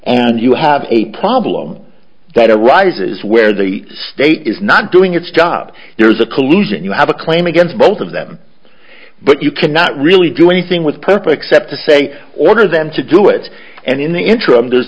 and you have a problem that arises where the state is not doing its job there is a collusion you have a claim against both of them but you cannot really do anything with perp except to say order them to do it and in the interim